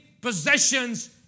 possessions